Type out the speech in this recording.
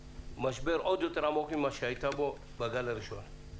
למשבר עוד יותר עמוק ממה שהיתה בו בגל הראשון.